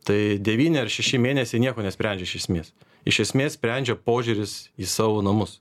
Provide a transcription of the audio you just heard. tai devyni ar šeši mėnesiai nieko nesprendžia iš esmės iš esmės sprendžia požiūris į savo namus